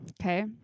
Okay